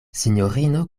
sinjorino